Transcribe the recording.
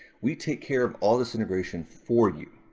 we take care of all this integration for you.